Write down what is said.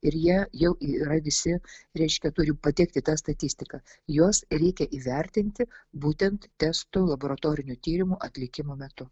ir jie jau yra visi reiškia turi patekti į tą statistiką juos reikia įvertinti būtent testų laboratorinių tyrimų atlikimo metu